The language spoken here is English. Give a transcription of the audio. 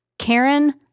Karen